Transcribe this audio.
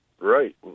Right